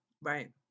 Right